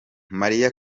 malia